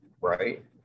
right